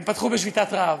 הם פתחו בשביתת רעב.